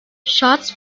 shots